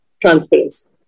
Transparency